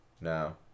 No